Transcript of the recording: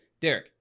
Derek